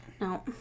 No